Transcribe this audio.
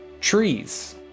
trees